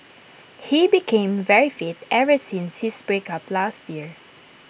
he became very fit ever since his breakup last year